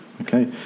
okay